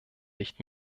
nicht